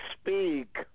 speak